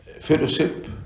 fellowship